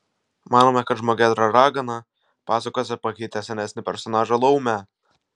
manoma kad žmogėdra ragana pasakose pakeitė senesnį personažą laumę